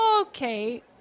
Okay